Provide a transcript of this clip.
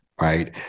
right